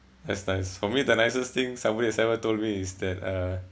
that's nice for me the nicest thing somebody has ever told me is that uh